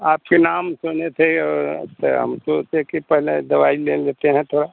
आपके नाम सुने थे और फ़िर हम सोचे कि पहले दवाई ले लेते हैं थोड़ा